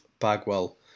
Bagwell